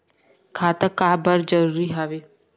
खाता का बर जरूरी हवे?